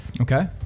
Okay